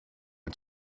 and